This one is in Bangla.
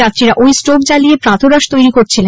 যাত্রীরা ওই স্টোভ জ্বালিয়ে প্রাতঃরাশ তৈরী করছিল